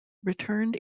returned